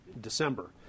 December